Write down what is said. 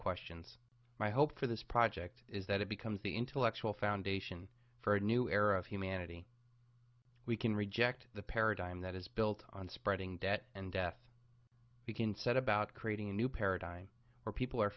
questions my hope for this project is that it becomes the intellectual foundation for a new era of humanity we can reject the paradigm that is built on spreading debt and death we can set about creating a new paradigm where people are